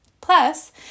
Plus